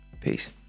Peace